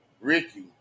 Ricky